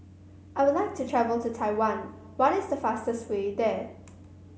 I would like to travel to Taiwan what is the fastest way there